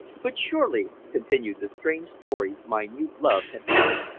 but surely, continued the strange story my mute love had written,